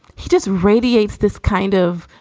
he just radiates this kind of